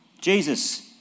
Jesus